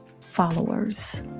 followers